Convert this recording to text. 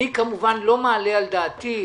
אני כמובן לא מעלה על דעתי,